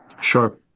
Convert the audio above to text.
Sure